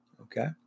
Okay